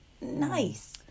nice